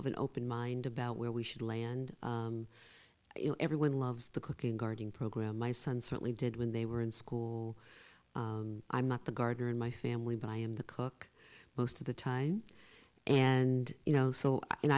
of an open mind about where we should land you know everyone loves the cooking garding program my son certainly did when they were in school i'm not the gardener in my family but i am the cook most of the time and you know so and